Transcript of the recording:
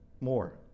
more